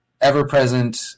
ever-present